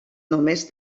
només